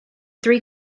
three